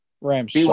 Rams